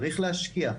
צריך להשקיע.